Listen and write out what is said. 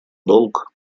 долг